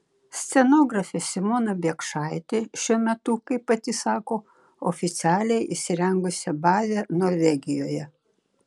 scenografė simona biekšaitė šiuo metu kaip pati sako oficialiai įsirengusi bazę norvegijoje